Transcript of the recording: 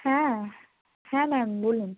হ্যাঁ হ্যাঁ ম্যাম বলুন